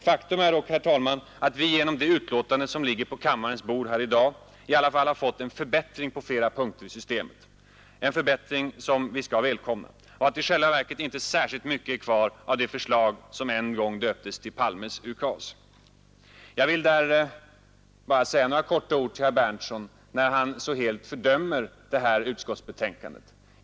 Faktum är dock att vi genom det utlåtande som ligger på kammarens bord här i dag i alla fall har fått en välkommen förbättring på flera punkter i systemet och att i själva verket inte särskilt mycket är kvar av det förslag som en gång döptes till Palmes UKAS. Jag vill bara säga några få ord till herr Berndtson i Linköping, som så helt fördömer utskottets betänkande.